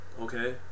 okay